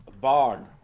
barn